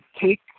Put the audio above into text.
take